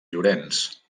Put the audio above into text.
llorenç